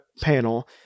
panel